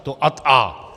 To ad a).